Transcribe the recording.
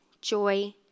joy